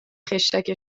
خشتک